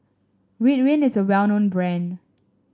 Ridwind is a well known brand